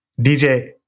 DJ